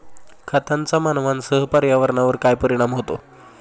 खतांचा मानवांसह पर्यावरणावर काय परिणाम होतो?